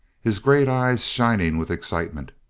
his great eyes shining with excitement.